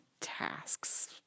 tasks